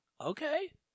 Okay